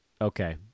Okay